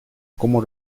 como